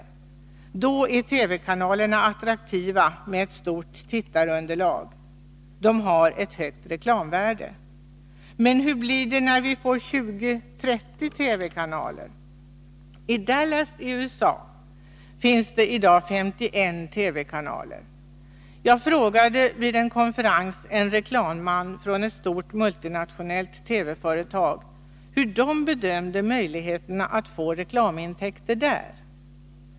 Två TV-kanaler gör att de är attraktiva med ett stort tittarunderlag. De har ett högt reklamvärde. Men hur blir det när vi får 20-30 kanaler? I Dallas i USA finns i dag 51 TV-kanaler. Vid en konferens frågade jag en reklamman från ett stort multinationellt TV-företag hur man där bedömde möjligheterna att få reklamintäkter.